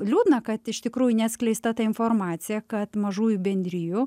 liūdna kad iš tikrųjų neatskleista ta informacija kad mažųjų bendrijų